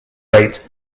rate